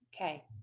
Okay